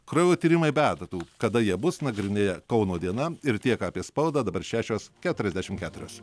kraujo tyrimai be adatų kada jie bus nagrinėja kauno diena ir tiek apie spaudą dabar šešios keturiasdešim keturios